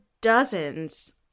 dozens